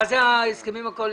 מה זה ההסכמים הקואליציוניים?